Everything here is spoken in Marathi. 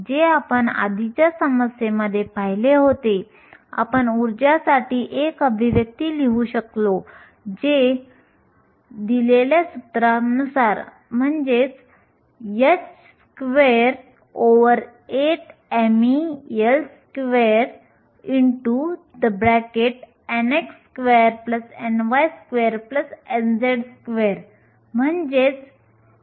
तर ही अभिव्यक्ती आपण पूर्वी एकसमान संभाव्यता असलेल्या 3D घनसाठी पाहिली आणि सिलिकॉनच्या वाहक बँडमध्ये इलेक्ट्रॉनसाठी अवस्थांची घनता शोधण्यासाठी आपण त्या अभिव्यक्तीचा वापर करू